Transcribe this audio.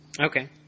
Okay